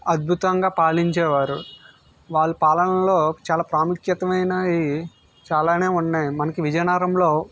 అద్భుతంగా పాలించేవారు వాళ్ళ పాలనలో చాలా ప్రాముఖ్యతమైనవి చాలానే ఉన్నాయి మనకి విజయనగరంలో